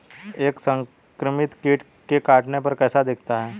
एक संक्रमित कीट के काटने पर कैसा दिखता है?